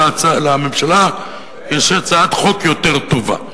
לממשלה יש הצעת חוק יותר טובה.